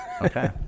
Okay